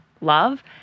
love